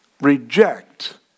reject